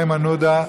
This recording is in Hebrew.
איימן עודה,